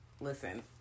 listen